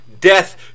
death